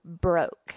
broke